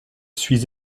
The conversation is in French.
suis